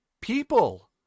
people